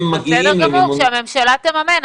בסדר גמור, שהממשלה תממן.